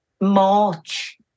march